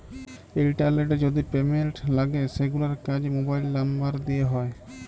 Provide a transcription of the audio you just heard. ইলটারলেটে যদি পেমেল্ট লাগে সেগুলার কাজ মোবাইল লামবার দ্যিয়ে হয়